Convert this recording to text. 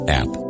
app